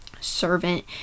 servant